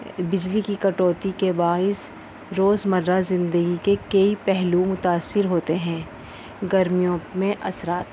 بجلی کی کٹوتی کے باعث روز مرہ زندگی کے کئی پہلو متاثر ہوتے ہیں گرمیوں میں اثرات